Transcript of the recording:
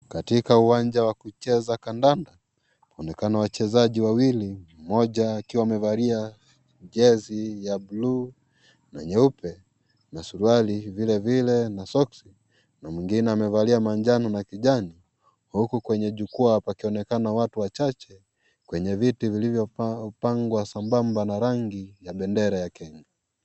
Katika uwanja wa kucheza kandanda, kunaonekana wachezaji wawili, mmoja akiwa amevalia jezi ya bluu na nyeupe na suruali vilevile na soksi, na mwingine amevalia majano na kijani, huku kwenye jukwaa pakionekana watu wachache, kwenye viti vilivyopangwa sambamba na rangi ya bandera ya Kenya.